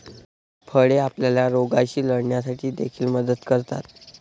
फळे आपल्याला रोगांशी लढण्यासाठी देखील मदत करतात